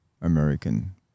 American